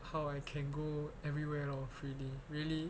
how I can go everywhere and lor freely really